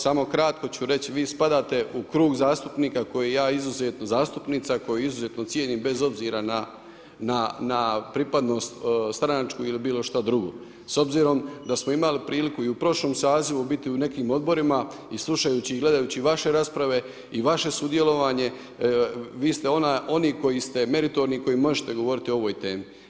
Samo kratko ću reći, vi spadate u krug zastupnica koje ja izuzetno cijenim bez obzira na pripadnost stranačku ili bilo šta drugo, s obzirom da smo imali priliku i u prošlom sazivu biti u nekim odborima i slušajući i gledajući vaše rasprave, i vaše sudjelovanje, vi ste oni koji ste meritorni, koji možete govoriti o ovoj temi.